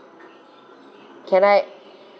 can I